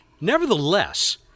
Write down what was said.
Nevertheless